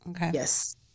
Yes